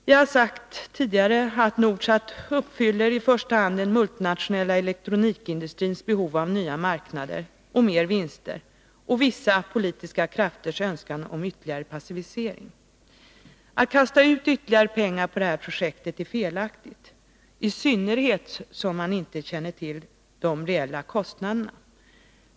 Vi har tidigare sagt att Nordsat i första hand uppfyller den multinationella elektronikindustrins behov av nya marknader och mer vinster samt vissa politiska krafters önskan om ytterligare passivisering. Att kasta ut ytterligare pengar på det här projektet är felaktigt, i synnerhet som man inte känner till de reella kostnaderna.